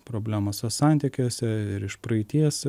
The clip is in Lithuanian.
problemose santykiuose ir iš praeities